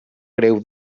greu